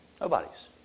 Nobody's